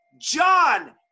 John